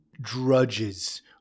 drudges